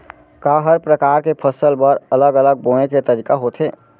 का हर प्रकार के फसल बर अलग अलग बोये के तरीका होथे?